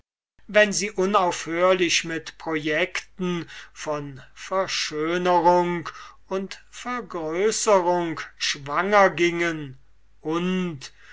wenn sie unaufhörlich mit projecten von verschönerung und vergrößerung schwanger gingen und